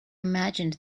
imagined